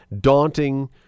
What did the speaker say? daunting